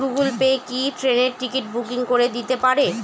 Google Pay কি ট্রেনের ticket booking করে দিতে পারে?